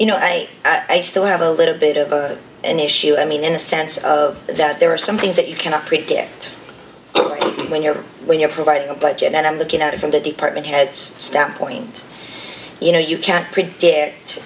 you know i think i still have a little bit of an issue i mean in a sense of that there are some things that you cannot predict when you're when you're providing a budget and i'm looking at it from the department heads standpoint you know you can't predict